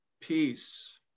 Peace